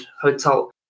hotel